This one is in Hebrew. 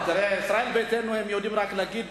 תראה, ישראל ביתנו יודעים רק להגיד.